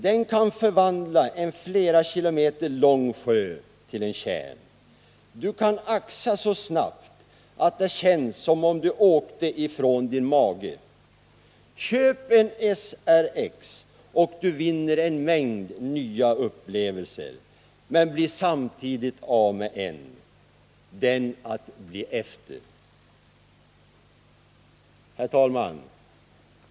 Den kan förvandla en flera kilometer lång sjö till en tjärn ——-— Du kan axa så snabbt, att det känns som om du åkte ifrån din mage —--- Köp en SRX och du vinner en mängd nya upplevelser. Men blir samtidigt av med en. Den att bli efter.” Herr talman!